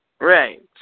Right